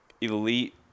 elite